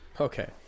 Okay